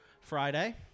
Friday